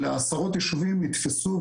שלעשרות יישובים נתפסו,